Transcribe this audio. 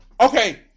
Okay